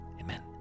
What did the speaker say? Amen